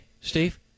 steve